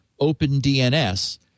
OpenDNS